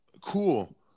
cool